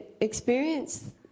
Experience